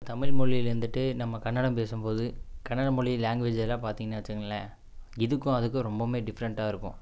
தமிழ்மொழியில் இருந்துட்டு நம்ம கன்னடம் பேசும்போது கன்னடம் மொழி லேங்குவேஜு இதெல்லாம் பார்த்தீங்கன்னா வச்சிங்களேன் இதுக்கும் அதுக்கும் ரொம்பமுமே டிஃப்ரெண்ட்டாக இருக்கும்